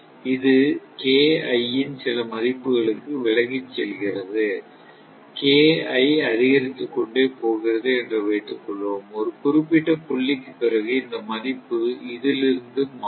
இது இன் சில மதிப்புகளுக்கு விலகிச் செல்கிறது அதிகரித்துக் கொண்டே போகிறது என்று வைத்துக்கொள்வோம் ஒரு குறிப்பிட்ட புள்ளிக்கு பிறகு இந்த மதிப்பு இதிலிருந்து மாறும்